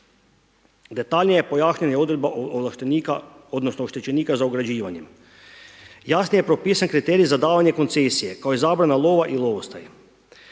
Detaljnije pojašnjena odredba ovlaštenika odnosno oštećenika za ograđivanjem, jasnije je propisan kriterij za davanje koncesije kao i zabrana lova i lovostaj.